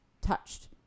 touched